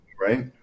right